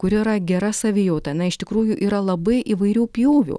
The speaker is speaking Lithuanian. kur yra gera savijauta na iš tikrųjų yra labai įvairių pjūvių